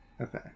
okay